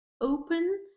open